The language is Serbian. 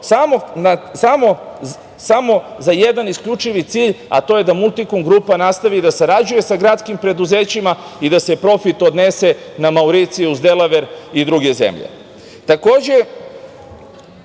samo za jedan isključivi cilj, a to je da Multikum grupa nastavi da sarađuje sa gradskim preduzećima i da se profit odnese na Mauricijus, Delaver i druge zemlje. Takođe,